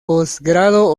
posgrado